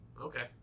Okay